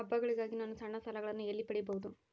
ಹಬ್ಬಗಳಿಗಾಗಿ ನಾನು ಸಣ್ಣ ಸಾಲಗಳನ್ನು ಎಲ್ಲಿ ಪಡಿಬಹುದು?